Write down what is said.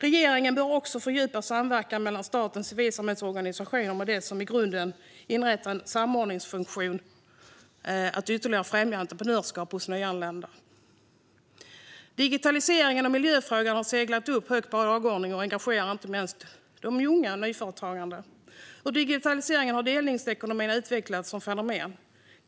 Regeringen bör också fördjupa samverkan mellan staten och civilsamhällets organisationer och med detta som grund inrätta en samordningsfunktion för att ytterligare främja entreprenörskapet hos nyanlända. Digitaliseringen och miljöfrågan har seglat upp högt på dagordningen och engagerar inte minst unga och nyföretagare. Ur digitaliseringen har delningsekonomin utvecklats som fenomen.